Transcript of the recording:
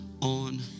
on